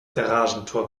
garagentor